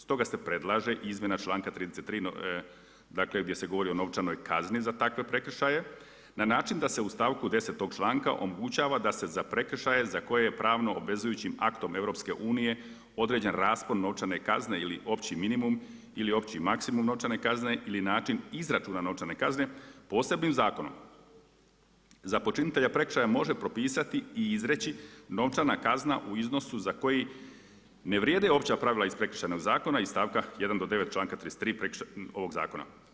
Stoga se predlaže izmjena članka 33. dakle gdje se govori o novčanoj kazni za takve prekršaje na način da se u stavku 10. tog članka omogućava da se za prekršaje za koje je pravno obvezujućim aktom EU određen raspon novčane kazne ili opći minimum ili opći maksimum novčane kazne ili način izračuna novčane kazne posebnim zakonom za počinitelja prekršaja može propisati i izreći novčana kazna u iznosu za koji ne vrijede opća pravila iz Prekršajnog zakona iz stavka 1 do 9 članka 33. ovog Zakona.